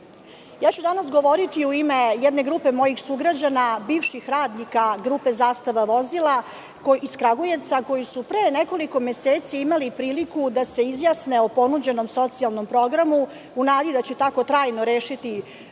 ću govoriti u ime jedne grupe mojih sugrađana, bivših radnika grupe „Zastava vozila“ iz Kragujevca, koji su pre nekoliko meseci imali priliku da se izjasne o ponuđenom socijalnom programu, u nadi da će tako trajno rešiti